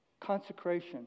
consecration